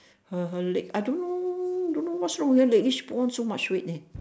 her her leg I don't know don't know what's wrong with her leg she put on so much weight eh